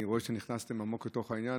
אני רואה שנכנסתם עמוק לתוך העניין,